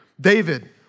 David